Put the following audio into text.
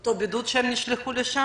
אותו בידוד שנשלחו אליו.